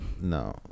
no